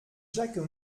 jacques